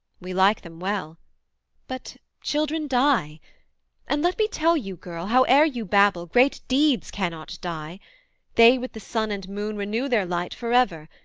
we like them well but children die and let me tell you, girl, howe'er you babble, great deeds cannot die they with the sun and moon renew their light for ever,